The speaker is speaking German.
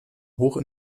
hoch